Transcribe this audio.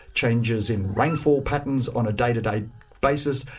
changes in rainfall patterns on a day-to-day basis,